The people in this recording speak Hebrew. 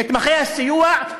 נתמכי הסיוע,